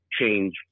change